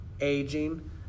aging